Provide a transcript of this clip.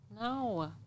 No